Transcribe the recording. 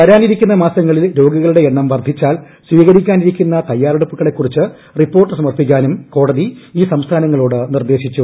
വരാനിരിക്കുന്ന മാസങ്ങളിൽ രോഗികളുടെ എണ്ണം വർധിച്ചാൽ സ്വീകരിക്കാനിരിക്കുന്ന തയ്യാറെടുപ്പുകളെ കുറിച്ച് റിപ്പോർട്ട് സമർപ്പിക്കാനും കോടതി ഈ സംസ്ഥാനങ്ങളോട് നിർദ്ദേശിച്ചു